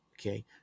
Okay